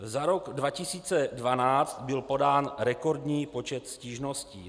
Za rok 2012 byl podán rekordní počet stížností.